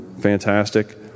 fantastic